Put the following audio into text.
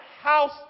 house